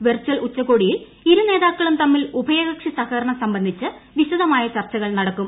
virtual ഉച്ചകോടിയിൽ ഇരുനേതാക്കളും തമ്മിൽ ഉഭയകക്ഷി സഹകരണം സംബന്ധിച്ച് നടക്കും